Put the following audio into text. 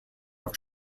have